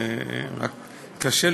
אדוני